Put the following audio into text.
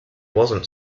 wasn’t